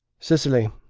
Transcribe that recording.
cicely,